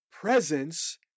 presence